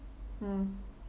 mm